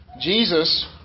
Jesus